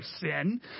sin